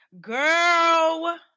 Girl